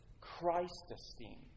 Christ-esteem